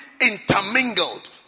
intermingled